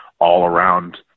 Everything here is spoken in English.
all-around